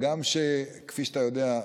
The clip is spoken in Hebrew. כפי שאתה יודע,